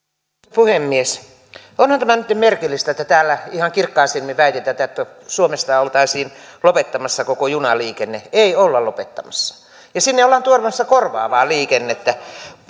puhemies onhan tämä nytten merkillistä että täällä ihan kirkkain silmin väitetään että suomesta oltaisiin lopettamassa koko junaliikenne ei olla lopettamassa ja sinne ollaan tuomassa korvaavaa liikennettä